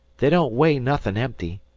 they don't weigh nothin' empty.